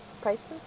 prices